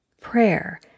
prayer